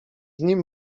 nim